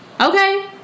Okay